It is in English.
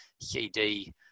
C-D